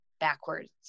Backwards